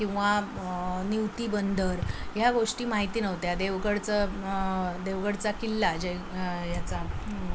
किंवा नि्वती बंदर ह्या गोष्टी माहिती नव्हत्या देवगडचं देवगडचा किल्ला जे याचा